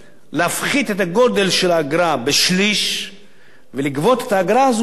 להפחית את גודל האגרה בשליש ולגבות את האגרה הזו דרך